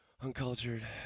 Uncultured